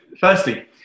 firstly